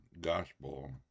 gospel